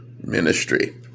Ministry